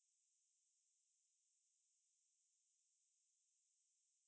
no I don't know ya as often as err majority of the youth